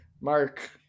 Mark